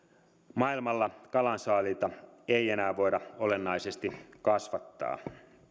maailmalla kalansaaliita ei enää voida olennaisesti kasvattaa